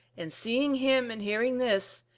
and seeing him and hearing this,